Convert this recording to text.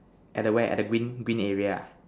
at the where at the green area ah